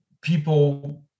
people